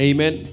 Amen